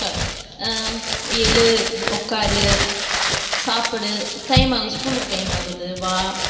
எழு உக்காரு சாப்பிடு டைம் ஆகுது ஸ்கூலுக்கு டைம் ஆகுது வா